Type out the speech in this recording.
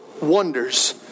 wonders